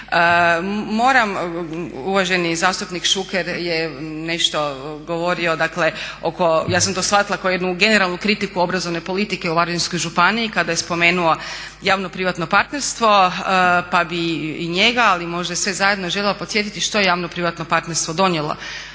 Moram, uvaženi zastupnik Šuker je nešto govorio dakle oko, ja sam to shvatila kao jednu generalnu politiku obrazovne politike u Varaždinskoj županiji kada je spomenuo javno privatno partnerstvo, pa bih i njega ali možda i sve zajedno željela podsjetiti što je javno privatno partnerstvo donijelo